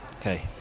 Okay